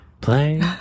play